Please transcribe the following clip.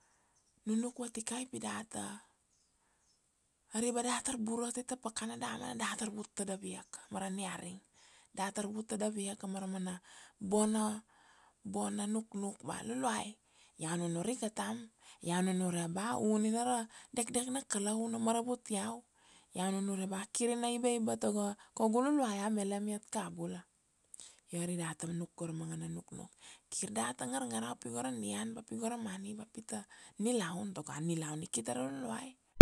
nunuk vatikai pi data. Ari ba da tar bura tai ta pakana damana da tar vut tadav ia ka ma ra niaring, dat tar vut tadav ia ka mara mana bona, bona nuknuk, ba Luluai iau nunur ika tam, iau nunure ba u nina ra dekdek na Kalau u na maravut iau, iau nunure ba kir ina iba iba tago kaugu Luluai amelem iat kabula, io ari data nuk go ra manga na nuknuk, kir data ngar ngarau pi go ra nian ba pi go ra money, ba pi ta nilaun tago anilaun i ki tara Luluai.